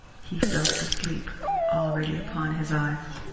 he felt the sleep already upon his eyes.